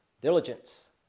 Diligence